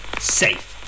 safe